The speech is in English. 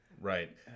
Right